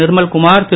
Nirmalkumar Thiru